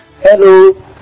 Hello